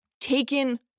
taken